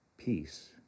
Peace